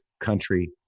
country